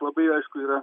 labai aišku yra